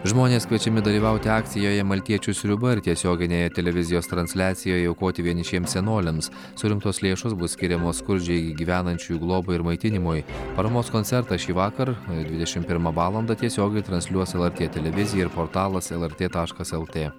žmonės kviečiami dalyvauti akcijoje maltiečių sriuba ir tiesioginėje televizijos transliacijoje aukoti vienišiems senoliams surinktos lėšos bus skiriamos skurdžiai gyvenančiųjų globai ir maitinimui paramos koncertą šįvakar dvidešim pirmą valandą tiesiogiai transliuos lrt televizija ir portalas lrt taškas lt